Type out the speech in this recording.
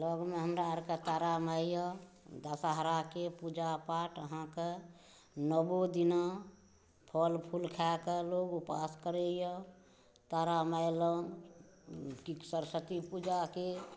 लगमे हमरा आरके तारामाइ यऽ दशहराके पूजा पाठ अहाँके नओ दिन फल फुल खाए कऽ लोक उपास करैए तारामाइ लग सरस्वती पूजाके